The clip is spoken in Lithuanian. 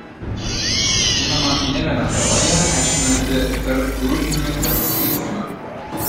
žinoma ne viena teorija aiškinanti tarpgrupinį pasiskirstymą